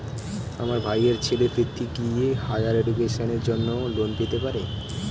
আমার ভাইয়ের ছেলে পৃথ্বী, কি হাইয়ার এডুকেশনের জন্য লোন পেতে পারে?